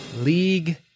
League